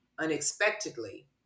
unexpectedly